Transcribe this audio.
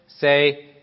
say